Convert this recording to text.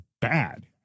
bad